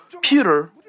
Peter